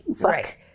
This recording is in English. right